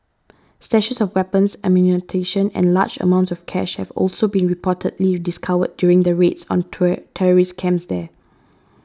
stashes of weapons ammunition and large amounts of cash have also been reportedly discovered during raids on terrorist camps there